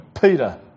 Peter